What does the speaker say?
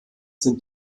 sind